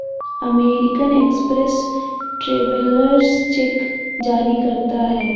American Express travellers cheque जारी करता है